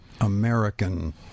American